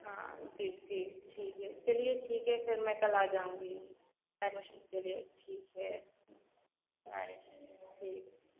हाँ ठीक ठीक ठीक है चलिए ठीक है फिर मैं कल आ जाऊँगी एडमिशन के लिए ठीक है बाय ठीक